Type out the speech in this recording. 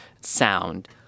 sound